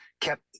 kept